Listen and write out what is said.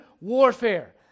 warfare